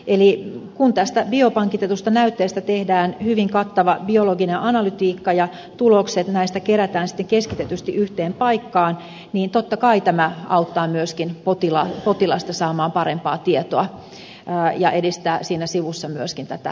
eli kun tästä biopankitetusta näytteestä tehdään hyvin kattava biologinen analytiikka ja tulokset näistä kerätään sitten keskitetysti yhteen paikkaan niin totta kai tämä auttaa myöskin potilasta saamaan parempaa tietoa ja edistää siinä sivussa myöskin tätä tärkeää tutkimusta